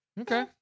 Okay